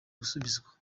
gusubizwa